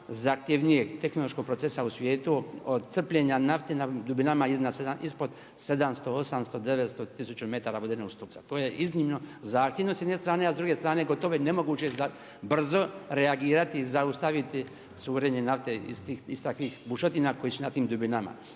zahtjevnijeg tehnološkog procesa u svijetu od crpljenja nafte na dubinama ispod 700, 800, 900, 1000 metara vodenog stupca. To je iznimno zahtjevno s jedne strane, a s druge strane gotovo je nemoguće brzo reagirati, zaustaviti curenje nafte iz takvih bušotina koje su na tim dubinama.